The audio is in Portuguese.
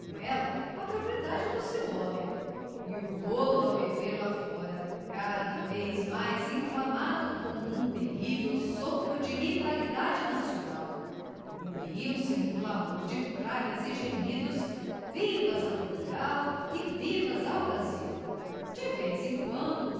ela a propriedade do seu homem e o rolo a ferver lá fora cada vez mais inflamado com um terrível sopro de rivalidade nacional ouviam-se num clamor de pragas e gemidos vivas a portugal e vivas ao brasil de vez em quando